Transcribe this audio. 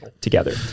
together